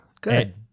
Good